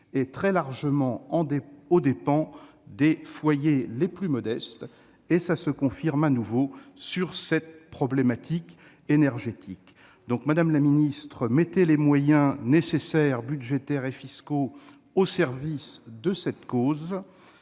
et très largement aux dépens des foyers les plus modestes. Cela se confirme de nouveau sur cette problématique énergétique. Madame la secrétaire d'État, mettez les moyens nécessaires budgétaires et fiscaux au service de cette cause.